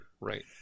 Right